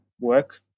work